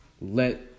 let